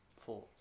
four